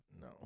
no